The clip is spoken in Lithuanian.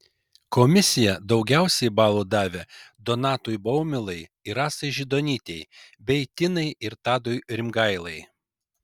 komisija daugiausiai balų davė donatui baumilai ir rasai židonytei bei tinai ir tadui rimgailai